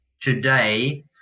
today